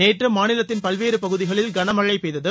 நேற்று மாநிலத்தின் பல்வேறு பகுதிகளில் கனமழை பெய்தது